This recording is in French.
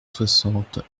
soixante